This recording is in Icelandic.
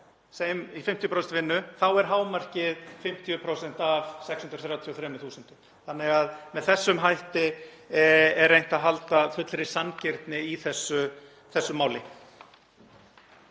er í 50% vinnu er hámarkið 50% af 633.000 kr. Með þessum hætti er reynt að halda fullri sanngirni í þessu máli.